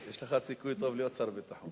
יש לך סיכוי טוב להיות שר ביטחון.